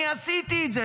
אני עשיתי את זה.